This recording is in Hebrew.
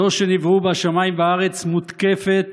זו שנבראו בה שמיים וארץ, מותקפת